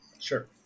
sure